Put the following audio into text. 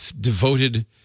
devoted